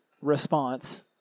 response